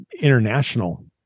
international